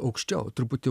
aukščiau truputį